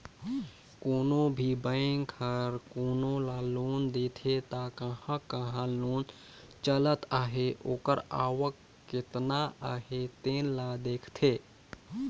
कोनो भी बेंक हर कोनो ल लोन देथे त कहां कहां लोन चलत अहे ओकर आवक केतना अहे तेन ल देखथे